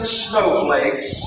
snowflakes